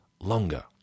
longer